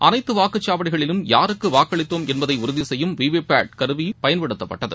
அனைத்து வாக்குச்சாவடிகளிலும் யாருக்கு வாக்களித்தோம் என்பதை உறுதி செய்யும் விவிபேட் கருவி பயன்படுத்தப்பட்டது